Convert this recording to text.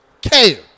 care